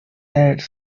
ads